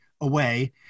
away